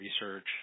research